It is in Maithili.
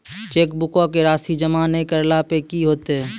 चेकबुको के राशि जमा नै करला पे कि होतै?